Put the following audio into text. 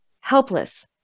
helpless